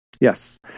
Yes